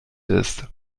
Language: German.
ist